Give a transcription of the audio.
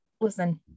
listen